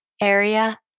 area